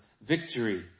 victory